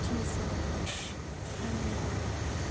जी sir धन्यवाद